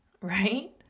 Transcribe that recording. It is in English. right